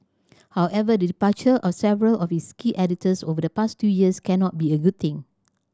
however the departure of several of its key editors over the past two years cannot be a good thing